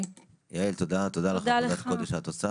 וגם לפני שנתיים הגיעו אלינו הקלטות שאנשי הצוות